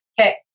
Okay